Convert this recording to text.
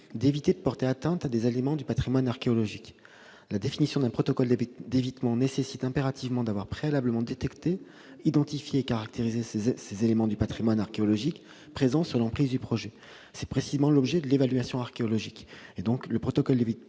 des travaux, à des éléments du patrimoine archéologique. La définition d'un protocole d'évitement nécessite impérativement d'avoir préalablement détecté, identifié et caractérisé ces éléments du patrimoine archéologique présents sur l'emprise du projet. C'est précisément l'objet de l'évaluation archéologique. Le protocole d'évitement